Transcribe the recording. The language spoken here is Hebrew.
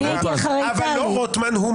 אבל, רוטמן, אני לא קוטע.